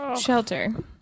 shelter